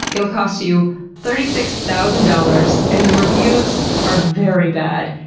it'll cost you thirty six thousand dollars and the reviews are very bad.